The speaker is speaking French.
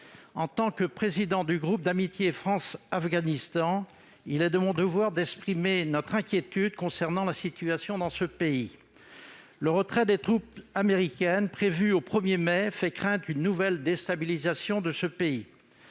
En tant que président du groupe d'amitié France-Afghanistan, il est de mon devoir d'exprimer notre inquiétude concernant la situation dans ce pays. Le retrait des troupes américaines, prévu au 1 mai, fait craindre une nouvelle déstabilisation et le